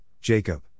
Jacob